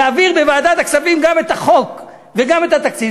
להעביר בוועדת הכספים גם את החוק וגם את התקציב,